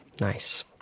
Nice